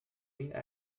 این